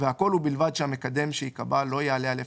והכול ובלבד שהמקדם שיקבע לא יעלה על 0.4,"